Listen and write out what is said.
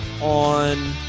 on